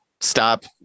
stop